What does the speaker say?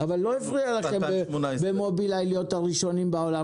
בשנת 2018. אבל לא הפריע לכם עם מוביליי להיות הראשונים בעולם